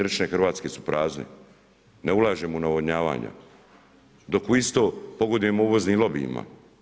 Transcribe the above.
3 Hrvatske su prazne, ne ulažemo u navodnjavanja, dok u isto pogodujemo uvoznim lobijima.